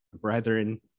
brethren